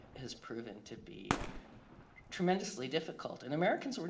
has proven to be tremendously difficult, and americans, sort of